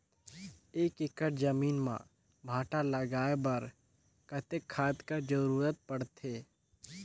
एक एकड़ जमीन म भांटा लगाय बर कतेक खाद कर जरूरत पड़थे?